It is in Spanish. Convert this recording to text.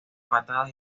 patadas